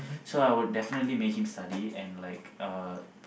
so I would definitely make him study and like